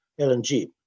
LNG